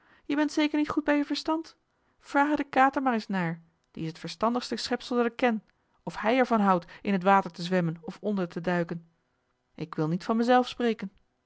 je bent zeker niet goed bij je verstand vraag er den kater maar eens naar die is het verstandigste schepsel dat ik ken of hij er van houdt in het water te zwemmen of onder te duiken ik wil niet van mij zelf spreken